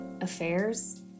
affairs